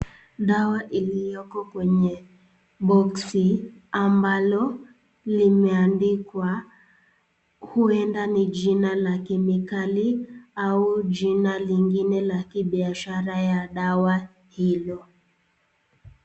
Dawa iliyoko kwenye boksi ambalo limeandikwa huenda ni jina la kemikali au jina lingine la kibiashara ya dawa hilo